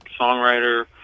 songwriter